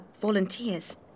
volunteers